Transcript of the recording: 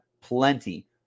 plenty